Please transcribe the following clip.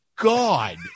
God